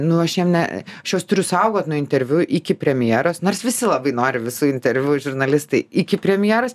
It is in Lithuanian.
nu aš jiem ne aš juos turiu saugot nuo interviu iki premjeros nors visi labai nori visų interviu žurnalistai iki premjeros